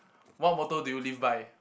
what motto do you live by